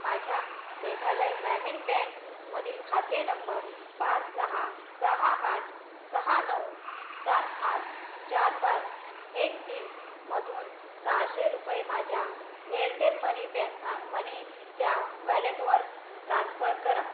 माझ्या मेघालय ग्रामीण बँकमधील खाते नंबर पाच सहा सहा आठ सहा नऊ सात आठ चार पाच एक तीनमधून सहाशे रुपये माझ्या एअरटेल मनी बँ मनीच्या वॅलेटवर ट्रान्स्फर करा